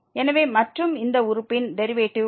எனவே மற்றும் இந்த உறுப்பின் டெரிவேட்டிவ் 1x 1 ஆகும்